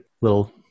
little